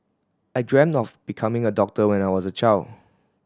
I dreamt of becoming a doctor when I was a child